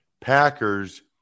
Packers